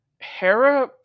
Hera